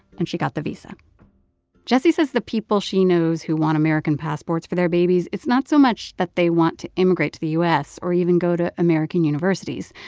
and she got the visa jessie says the people she knows who want american passports for their babies it's not so much that they want to immigrate to the u s. or even go to american universities.